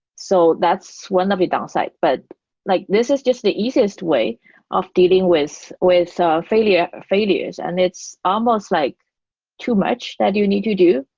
so that's one of the downside. but like this is just the easiest way of dealing with with failures failures and it's almost like too much that you need to do.